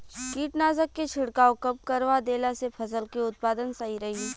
कीटनाशक के छिड़काव कब करवा देला से फसल के उत्पादन सही रही?